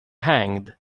hanged